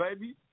baby